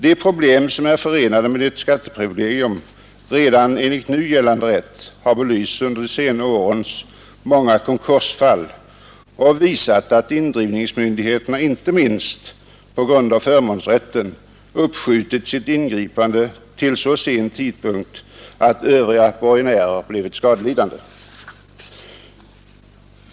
De problem som är förenade med ett skatteprivilegium redan enligt nu gällande rätt har belysts under de senaste årens många konkursfall och visat att indrivningsmyndigheterna inte minst på grund av förmånsrätten uppskjutit sitt ingripande till en så sen tidpunkt att övriga borgenärer blivit skadelidande.